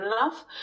enough